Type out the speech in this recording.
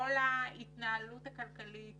כל ההתנהלות הכלכלית